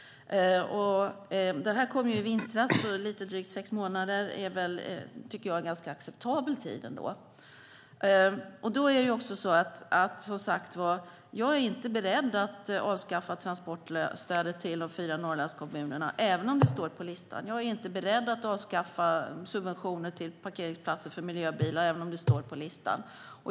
Det här kom i vintras. Lite drygt sex månader är väl en ganska acceptabel tid ändå. Som sagt är jag inte beredd att avskaffa transportstödet till de fyra Norrlandskommunerna, även om det står på listan. Jag är inte beredd att avskaffa subventionerna till parkeringsplatser för miljöbilar, även om det står på listan.